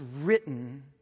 written